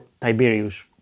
Tiberius